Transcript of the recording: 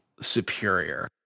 superior